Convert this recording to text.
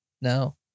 No